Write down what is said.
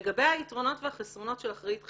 לגבי היתרונות והחסרונות של אחראית חיצונית,